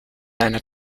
einer